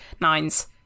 Nine's